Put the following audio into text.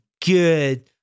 good